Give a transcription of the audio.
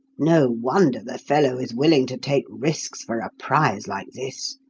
no wonder the fellow is willing to take risks for a prize like this.